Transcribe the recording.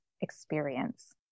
experience